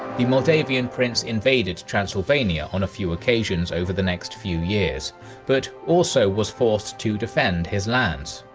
the moldavian prince invaded transylvania on a few occasions over the next few years but also was forced to defend his lands.